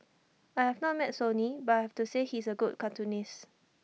I have not met Sonny but I have to say he is A good cartoonist